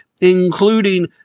including